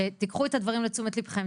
שתיקחו את הדברים לתשומת ליבכם,